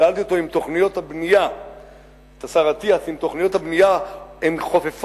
שאלתי את השר אטיאס אם תוכניות הבנייה חופפות